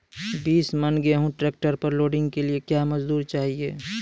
बीस मन गेहूँ ट्रैक्टर पर लोडिंग के लिए क्या मजदूर चाहिए?